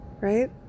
right